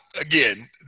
again